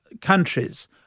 countries